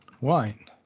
Wine